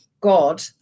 God